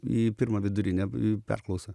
į pirmą vidurinę perklausą